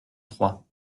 trois